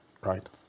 Right